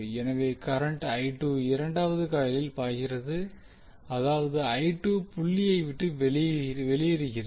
எனவே கரண்ட் இரண்டாவது காயிலில் பாய்கிறது அதாவது புள்ளியை விட்டு வெளியேறுகிறது